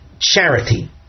charity